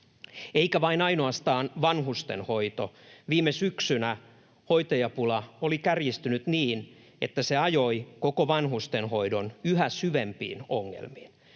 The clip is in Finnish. eikä ainoastaan vanhustenhoito. Viime syksynä hoitajapula oli kärjistynyt niin, että se ajoi koko vanhustenhoidon yhä syvempiin ongelmiin.